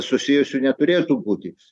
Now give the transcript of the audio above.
susijusių neturėtų būti